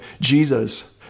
Jesus